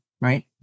right